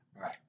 Right